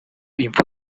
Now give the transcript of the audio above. impfu